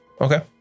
Okay